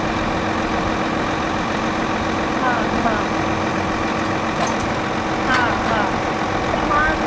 हा हा medium colour खपन मन तांखे उनमें मन वधीक डार्क बि न लाइट बि न हा मिडीअम